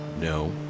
No